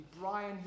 Brian